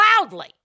Loudly